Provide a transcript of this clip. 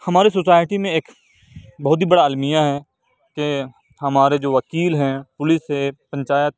ہماری سوسائٹی میں ایک بہت ہی بڑا المیہ ہے کہ ہمارے جو وکیل ہیں پولیس ہے پنچایت